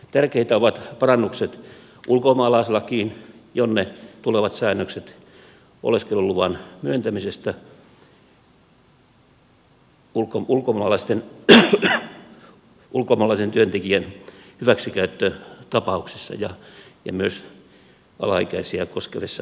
tärkeitä ovat parannukset ulkomaalaislakiin jonne tulevat säännökset oleskeluluvan myöntämisestä ulkomaalaisen työntekijän hyväksikäyttötapauksissa ja myös alaikäisiä koskevissa tilanteissa